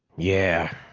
yeah,